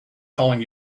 calling